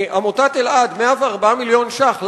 עמותת אלע"ד, הכנסות של 104 מיליון שקלים.